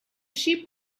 sheep